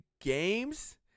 games